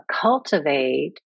cultivate